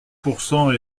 pourcent